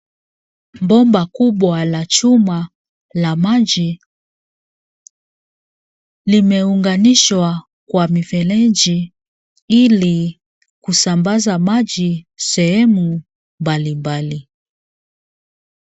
Bomba kubwa la chuma la maji limeunganishwa kwa mifereji ili kusambaza maji sehemu mbalimbali.